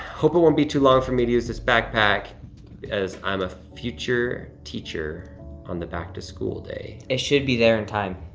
hope it won't be too long for me to use this backpack because i'm a future teacher on the back-to-school day. it should be there in time.